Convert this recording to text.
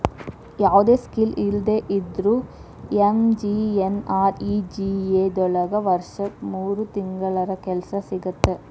ಯಾವ್ದು ಸ್ಕಿಲ್ ಇಲ್ದೆ ಇದ್ರೂ ಎಂ.ಜಿ.ಎನ್.ಆರ್.ಇ.ಜಿ.ಎ ದೊಳಗ ವರ್ಷಕ್ ಮೂರ್ ತಿಂಗಳರ ಕೆಲ್ಸ ಸಿಗತ್ತ